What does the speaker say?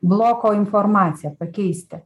bloko informaciją pakeisti